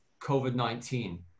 COVID-19